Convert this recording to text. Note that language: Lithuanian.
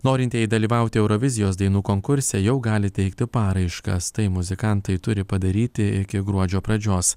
norintieji dalyvauti eurovizijos dainų konkurse jau gali teikti paraiškas tai muzikantai turi padaryti iki gruodžio pradžios